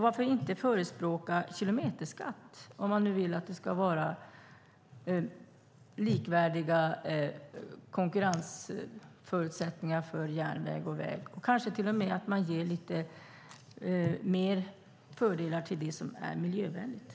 Varför inte förespråka kilometerskatt, om man nu vill att det ska vara likvärdiga konkurrensförutsättningar för järnväg och väg? Man kanske till och med ska ge lite mer fördelar till det som är miljövänligt.